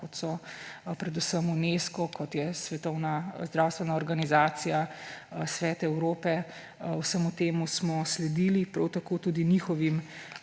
kot so predvsem Unesco, kot je Svetovna zdravstvena organizacija, Svet Evrope. Vsemu temu smo sledili, prav tako tudi njihovim